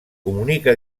comunica